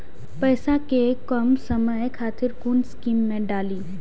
पैसा कै कम समय खातिर कुन स्कीम मैं डाली?